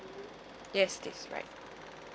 yes that's right